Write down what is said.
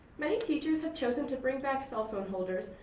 many teachers have chosen to bring back cellphone holders,